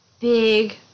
big